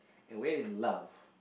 and we're in love